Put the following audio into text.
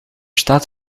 staat